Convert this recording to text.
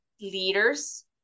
leaders